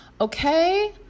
Okay